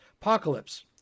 apocalypse